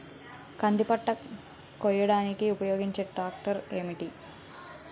కంది పంట కోయడానికి ఉపయోగించే ట్రాక్టర్ ఏంటి?